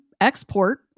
export